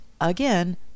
again